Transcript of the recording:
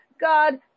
God